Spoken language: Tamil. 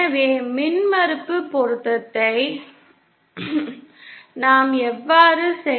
எனவே மின்மறுப்பு பொருத்தத்தை நாம் எவ்வாறு செய்யலாம்